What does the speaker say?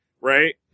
right